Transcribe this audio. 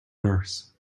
nurse